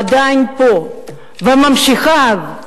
עדיין פה, וממשיכיו,